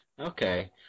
Okay